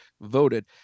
voted